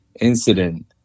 incident